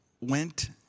went